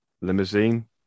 limousine